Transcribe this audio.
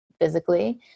physically